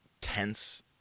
tense